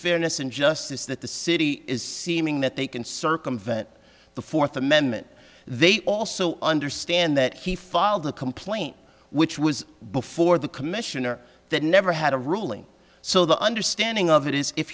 fairness and justice that the city is seeming that they can circumvent the fourth amendment they also understand that he filed a complaint which was before the commissioner that never had a ruling so the understanding of it is if